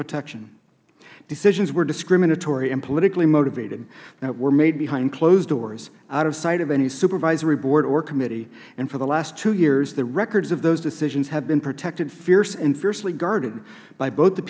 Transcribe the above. protection decisions were discriminatory and politically motivated that were made behind closed doors out of sight of any supervisory board or committee and for the last two years the records of those decisions have been protected and fiercely guarded by both the